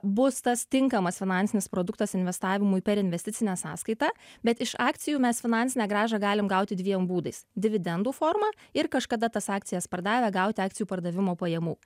bus tas tinkamas finansinis produktas investavimui per investicinę sąskaitą bet iš akcijų mes finansinę grąžą galim gauti dviem būdais dividendų forma ir kažkada tas akcijas pardavę gauti akcijų pardavimo pajamų